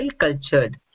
well-cultured